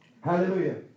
Hallelujah